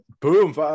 boom